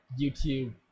youtube